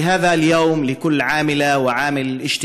(אומר דברים בשפה הערבית, להלן